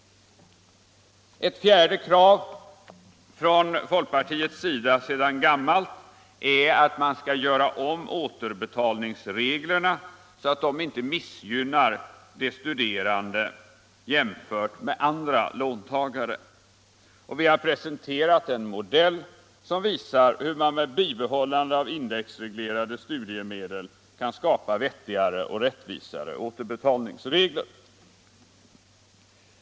Ett fjärde krav från folkpartiets sida sedan gammalt är att återbetalningsreglerna skall göras om så att de inte missgynnar de studerande jämfört med andra låntagare. Vi har presenterat en modell som visar hur man med bibehållande av indexreglerade studiemedel kan skapa vettigare och rättvisare återbetalningsregler.